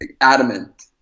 adamant